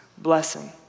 blessing